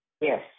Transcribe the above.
Yes